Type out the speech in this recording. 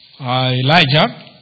Elijah